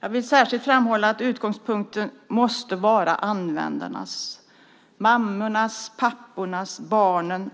Jag vill särskilt framhålla att utgångspunkten måste vara användarnas, mammornas, pappornas och barnens.